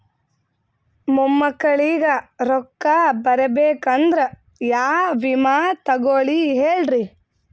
ಮೊಮ್ಮಕ್ಕಳಿಗ ರೊಕ್ಕ ಬರಬೇಕಂದ್ರ ಯಾ ವಿಮಾ ತೊಗೊಳಿ ಹೇಳ್ರಿ?